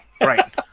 Right